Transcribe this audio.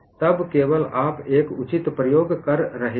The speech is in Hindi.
तब केवल आप एक उचित प्रयोग कर रहे हैं